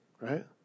right